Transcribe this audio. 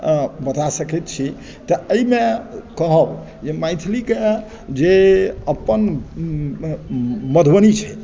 बता सकैत छी तऽ एहिमे कहब जे मैथिलीके जे अपन मधुबनी छै